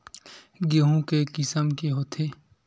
गेहूं के किसम के होथे?